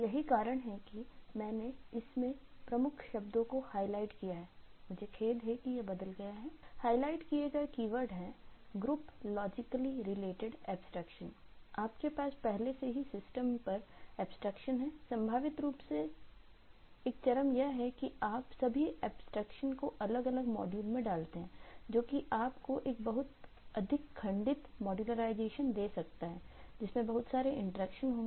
यही कारण है कि मैंने इसमें प्रमुख शब्दों को हाईलाइट दे सकता है जिसमें बहुत सारे इंटरैक्शन होंगे